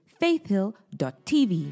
faithhill.tv